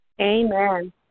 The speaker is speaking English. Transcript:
Amen